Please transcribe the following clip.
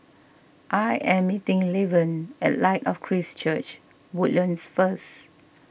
I am meeting Laverne at Light of Christ Church Woodlands first